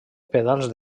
pedals